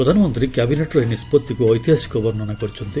ପ୍ରଧାନମନ୍ତ୍ରୀ କ୍ୟାବିନେଟ୍ର ଏହି ନିଷ୍ପଭିକୁ ଐତିହାସିକ ବର୍ଷନା କରିଛନ୍ତି